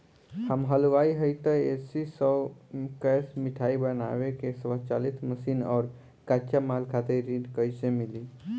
हम हलुवाई हईं त ए.सी शो कैशमिठाई बनावे के स्वचालित मशीन और कच्चा माल खातिर ऋण कइसे मिली?